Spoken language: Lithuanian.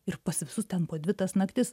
ir pas visus ten po dvi tas naktis